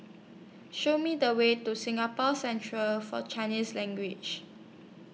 Show Me The Way to Singapore Central For Chinese Language